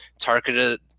targeted